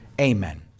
Amen